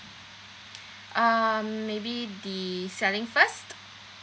uh maybe the selling first